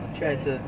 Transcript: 去哪里吃